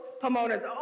Pomona's